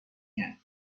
کرد